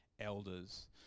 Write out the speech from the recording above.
elders